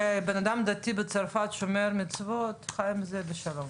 ובן אדם דתי בצרפת שומר מצוות חי עם זה בשלום,